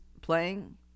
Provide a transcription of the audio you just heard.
playing